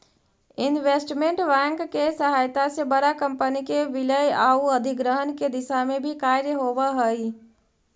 investment bank के सहायता से बड़ा कंपनी के विलय आउ अधिग्रहण के दिशा में भी कार्य होवऽ हइ